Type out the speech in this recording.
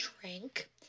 drink